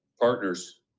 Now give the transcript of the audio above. partners